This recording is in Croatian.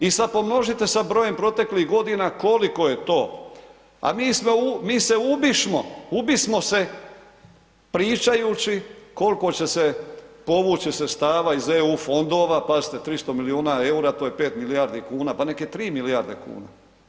I sad pomnožite sa brojem proteklih godina koliko je to a mi se ubišmo, ubismo se pričajući koliko će se povući sredstava iz EU fondova, pazite 300 milijuna eura, to je 5 milijardi kuna, pa neka je 3 milijarde kuna.